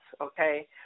okay